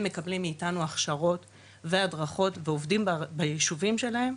מקבלים מאיתנו הכשרות והדרכות ועובדים ביישובים שלהם,